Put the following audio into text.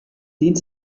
dehnt